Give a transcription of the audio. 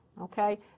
okay